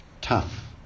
tough